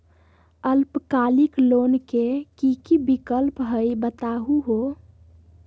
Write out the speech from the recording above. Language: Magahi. अल्पकालिक लोन के कि कि विक्लप हई बताहु हो?